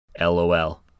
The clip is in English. LOL